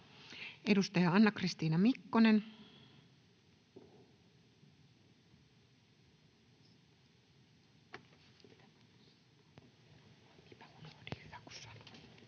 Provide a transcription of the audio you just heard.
Edustaja Anna-Kristiina Mikkonen.